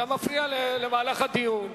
אתה מפריע למהלך הדיון.